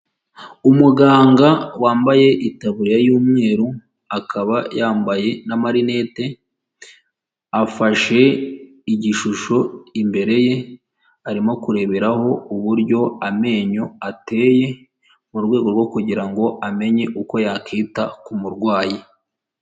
Umuganga wambaye itaburiya y'umweru akaba yambaye n'amarinete, afashe igishusho imbere ye arimo kureberaho uburyo amenyo ateye mu rwego rwo kugira ngo amenye uko yakita ku kumurwayi.